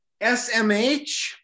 SMH